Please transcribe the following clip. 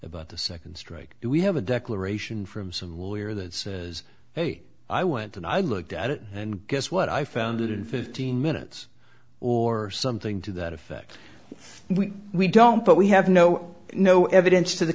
about the second strike and we have a declaration from some lawyer that says hey i went and i looked at it and guess what i found it in fifteen minutes or something to that effect we we don't but we have no no evidence to the